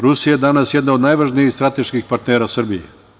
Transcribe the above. Rusija je danas jedna od najvažnijih strateških partnera Srbije.